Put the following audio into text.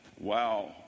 Wow